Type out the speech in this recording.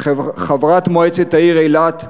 חברת מועצת העיר אילת,